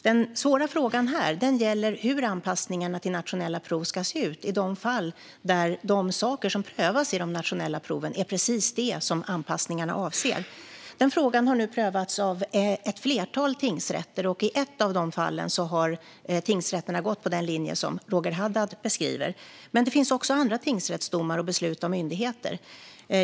Den svåra frågan här gäller hur anpassningarna ska se ut i de fall där det som de nationella proven ska pröva är precis sådant som anpassningarna avser. Den frågan har nu prövats av ett flertal tingsrätter. I ett av fallen har rätten gått på den linje som Roger Haddad beskriver, men det finns också andra tingsrättsdomar och beslut av myndigheter.